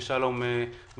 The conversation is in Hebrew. שמוביל שלום ואך,